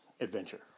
adventure